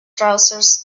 trousers